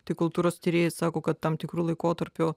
tai kultūros tyrėjai sako kad tam tikru laikotarpiu